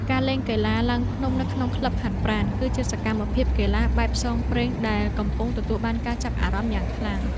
ការលេងកីឡាឡើងភ្នំនៅក្នុងក្លឹបហាត់ប្រាណ គឺជាសកម្មភាពកីឡាបែបផ្សងព្រេងដែលកំពុងទទួលបានការចាប់អារម្មណ៍យ៉ាងខ្លាំង។